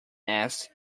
asked